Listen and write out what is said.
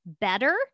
better